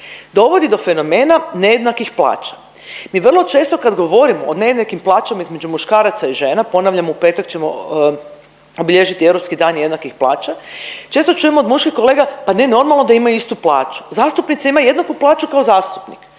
dovodi do fenomena nejednakih plaća. Mi vrlo često kad govorimo o nejednakim plaćama između muškaraca i žena, ponavljam u petak ćemo obilježiti Europski dan jednakih plaća, često čujemo od muških kolega, pa ne normalno da imaju istu plaću, zastupnici imaju jednaku plaću kao zastupnik,